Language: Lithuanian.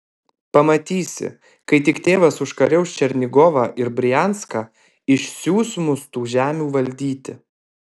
pamatysi kai tik tėvas užkariaus černigovą ir brianską išsiųs mus tų žemių valdyti